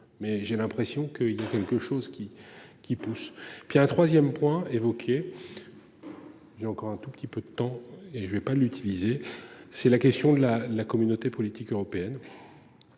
mais j'ai l'impression qu'il y a quelque chose qui qui pousse, puis un 3ème point évoquiez. J'ai encore un tout petit peu de temps et je ne vais pas l'utiliser. C'est la question de la la communauté politique européenne.